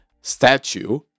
statue